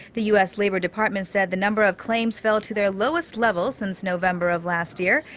the u s. labor department said the number of claims fell to their lowest level since november of last year.